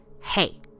Hey